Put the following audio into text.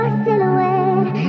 silhouette